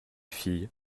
fille